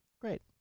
Great